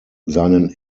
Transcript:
seinen